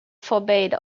forbade